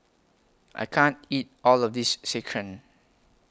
I can't eat All of This Sekihan